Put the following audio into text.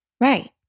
Right